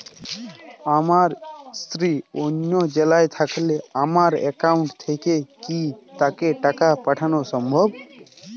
আমার স্ত্রী অন্য জেলায় থাকলে আমার অ্যাকাউন্ট থেকে কি তাকে টাকা পাঠানো সম্ভব?